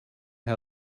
how